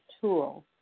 tool